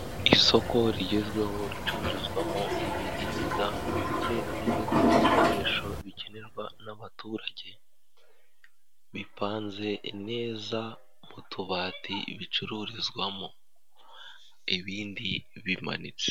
Isoko rigezweho ricururizwamo ibiribwa ndetse n'ibindi bikoresho bikenerwa n'abaturage. Bipanze neza mu tubati bicururizwamo, ibindi bimanitse.